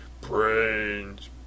Brains